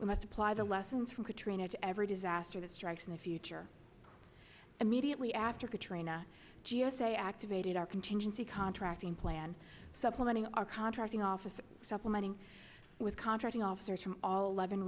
we must apply the lessons from katrina to every disaster that strikes in the future immediately after katrina g s a activated our contingency contracting plan supplementing our contracting office supplementing with contracting officers from all